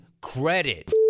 credit